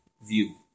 view